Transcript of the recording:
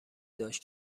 داشت